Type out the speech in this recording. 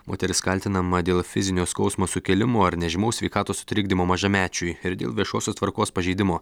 moteris kaltinama dėl fizinio skausmo sukėlimo ar nežymaus sveikatos sutrikdymo mažamečiui ir dėl viešosios tvarkos pažeidimo